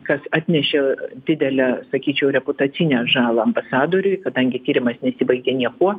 kas atnešė didelę sakyčiau reputacinę žalą ambasadoriui kadangi tyrimas nesibaigė niekuo